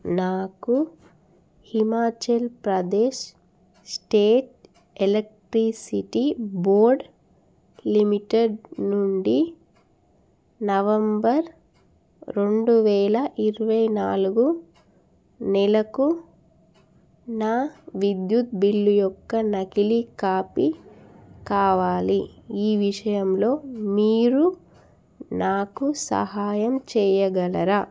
నాకు Himachal Pradesh state electricity board limited నుండి November రెండు వేల ఇరవై నాలుగు నెలకు నా విద్యుత్ బిల్లు యొక్క నకిలీ కాపీ కావాలి ఈ విషయంలో మీరు నాకు సహాయం చేయగలరా